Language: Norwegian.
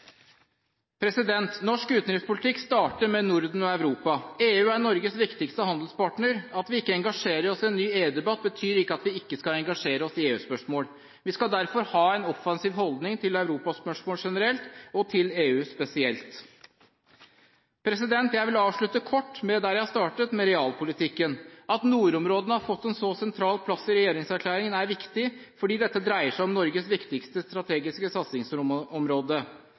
Norsk utenrikspolitikk starter med Norden og Europa. EU er Norges viktigste handelspartner. At vi ikke engasjerer oss i en ny EU-debatt, betyr ikke at vi ikke skal engasjere oss i EU-spørsmål. Vi skal derfor ha en offensiv holdning til Europa-spørsmål generelt og til EU spesielt. Jeg vil avslutte kort der jeg startet – med realpolitikken. At nordområdene har fått en så sentral plass i regjeringserklæringen, er viktig, fordi dette dreier seg om Norges viktigste strategiske satsingsområde